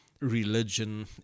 religion